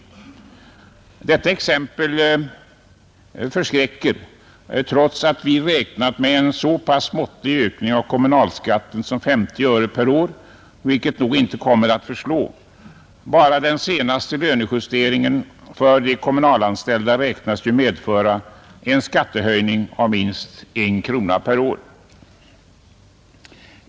Detta exempel förskräcker, trots att vi räknat med en så pass måttlig ökning av kommunalskatten som 50 öre per år, vilket nog inte kommer att förslå. Bara den senaste lönejusteringen för de kommunalanställda beräknas ju medföra en skattehöjning av minst 1 krona per år.